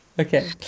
Okay